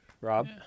Rob